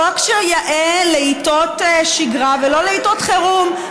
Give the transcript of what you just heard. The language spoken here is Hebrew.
חוק שיאה לעיתות שגרה ולא לעיתות חירום.